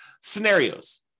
scenarios